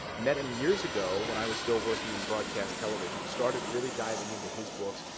met him years ago, when i was still working in broadcast television. started really diving into his books,